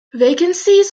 vacancies